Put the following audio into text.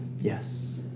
Yes